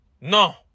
No